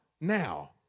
now